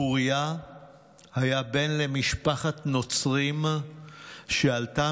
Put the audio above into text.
אוריה היה בן למשפחת נוצרים שעלתה